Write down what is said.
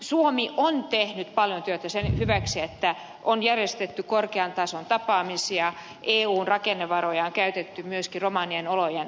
suomi on tehnyt paljon työtä sen hyväksi siten että on järjestetty korkean tason tapaamisia eun rakennevaroja on käytetty myöskin romanien olojen parantamiseen